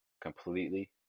completely